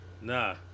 Nah